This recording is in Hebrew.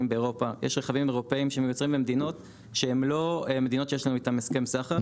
באירופה אלא במדינות שהן לא מדינות שיש לנו איתן הסכם סחר.